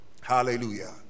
Hallelujah